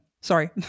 Sorry